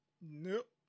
Nope